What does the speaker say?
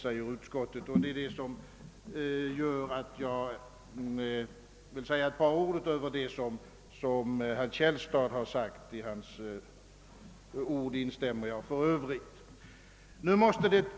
Jag vill därför säga ett par ord utöver vad herr Källstad har sagt. För övrigt instämmer jag i hans anförande.